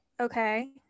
Okay